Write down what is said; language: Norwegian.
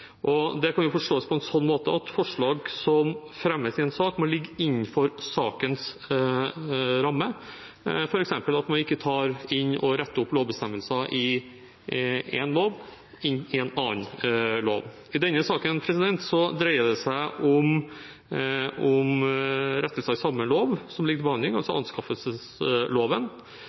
Det kan forstås på en slik måte at forslag som fremmes i en sak, må ligge innenfor sakens ramme, f.eks. at man ikke tar inn og retter opp lovbestemmelser i én lov i en annen lov. I denne saken dreier det seg om rettelser i samme lov som ligger til behandling, altså anskaffelsesloven.